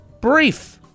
Brief